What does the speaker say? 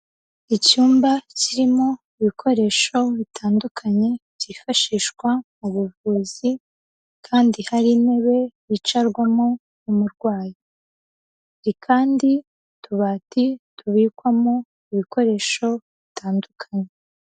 Icyumba kirimo ibikoresho bitandukanye byifashishwa mu buvuzi, kandi hari intebe yicarwamo n'umurwayi, hari kandi utubati tubikwamo ibikoresho bitandukanye.